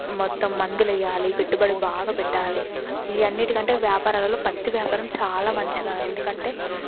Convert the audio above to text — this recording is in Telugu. మొత్తం మందులు వేయాలి పెట్టుబడి బాగా పెట్టాలి వీటన్నిటికంటే వ్యాపారాలలో పత్తి వ్యాపారం చాలా మంచిగా ఎందుకంటే